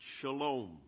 Shalom